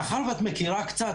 מאחר ואת מכירה קצת,